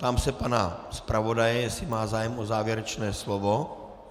Ptám se pana zpravodaje, jestli má zájem o závěrečné slovo.